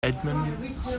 edmonds